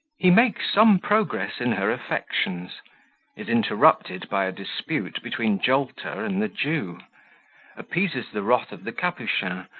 he makes some progress in her affections is interrupted by a dispute between jolter and the jew appeases the wrath of the capuchin,